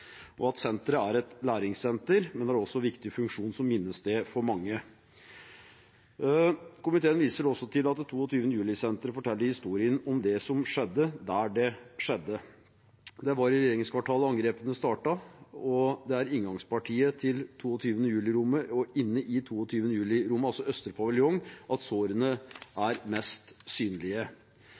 Senteret er et læringssenter, men har også en viktig funksjon som minnested for mange.» Komiteen viser også til at 22. juli-senteret forteller historien om det som skjedde, der det skjedde. Det var i regjeringskvartalet angrepene startet, og det er i inngangspartiet til 22. juli-rommet og inne i 22. juli-rommet, altså østre paviljong, at sårene er mest synlige.